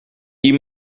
you